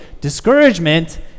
Discouragement